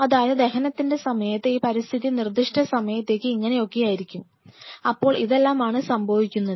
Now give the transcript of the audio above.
അതായത് ദഹനത്തിൻറെ സമയത്ത് ഈ പരിസ്ഥിതി നിർദിഷ്ട സമയത്തേക്ക് ഇങ്ങനെയൊക്കെയായിരിക്കും അപ്പോൾ ഇതെല്ലാമാണ് സംഭവിക്കുന്നത്